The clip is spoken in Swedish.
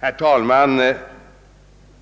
Herr talman!